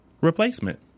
replacement